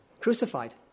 crucified